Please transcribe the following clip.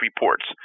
reports